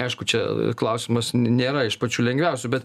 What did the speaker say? aišku čia klausimas nėra iš pačių lengviausių bet